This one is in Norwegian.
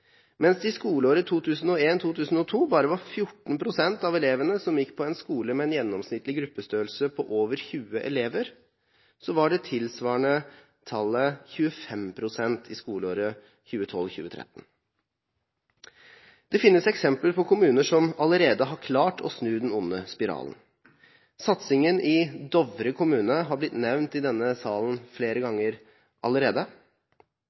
Mens det i skoleåret 2001/2002 bare var 14 pst. av elevene som gikk på en skole med en gjennomsnittlig gruppestørrelse på over 20 elever, var det tilsvarende tallet 25 pst. i skoleåret 2012/2013. Det finnes eksempler på kommuner som allerede har klart å snu den onde spiralen. Satsingen i Dovre kommune har blitt nevnt i denne salen flere ganger allerede.